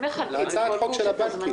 הם מחלקים, כל גוף, את הזמנים.